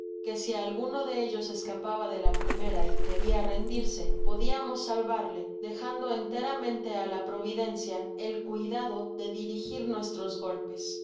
que si alguno de ellos escapaba de la primera y queria rendirse podriamos salvarle dejando enteramente á la providencia el cuidado de dirigir nuestros golpes